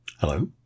Hello